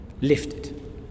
lifted